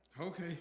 Okay